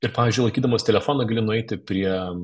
ir pavyzdžiui laikydamas telefoną gali nueiti prie